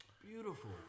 Beautiful